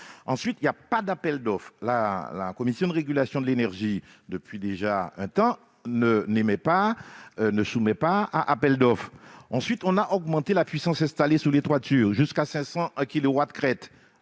En outre, il n'y a pas d'appel d'offres. La Commission de régulation de l'énergie, depuis déjà un certain temps, ne soumet pas à appel d'offres. Enfin, on a augmenté la puissance installée sur les toitures, jusqu'à 500 kilowatts-crêtes.